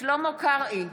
שלמה קרעי,